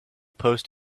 post